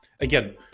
Again